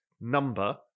number